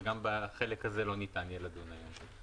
וגם בחלק הזה לא ניתן יהיה לדון היום.